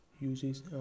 uses